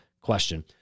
question